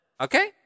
Okay